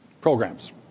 programs